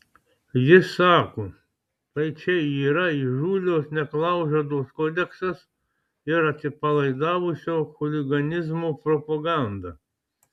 jis sako tai čia yra įžūlios neklaužados kodeksas ir atsipalaidavusio chuliganizmo propaganda